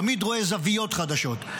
תמיד רואה זוויות חדשות.